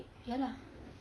ya lah